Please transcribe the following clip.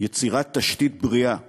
יצירת תשתית בריאה לבני-הנוער,